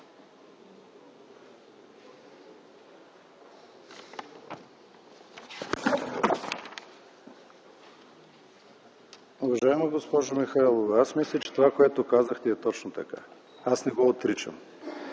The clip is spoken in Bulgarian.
Уважаема госпожо Михайлова, аз мисля, че това, което казахте, е точно така. Аз не го отричам.